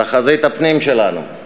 בחזית הפנים שלנו,